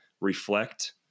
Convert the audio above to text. reflect